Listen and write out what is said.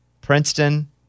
Princeton